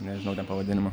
nežinau ten pavadinimo